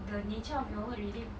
the nature of your work really